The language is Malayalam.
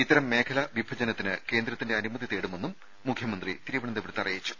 ഇത്തരം മേഖലാ വിഭജനത്തിന് കേന്ദ്രത്തിന്റെ അനുമതി തേടുമെന്നും മുഖ്യമന്ത്രി തിരുവനന്തപുരത്ത് അറിയിച്ചു